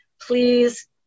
please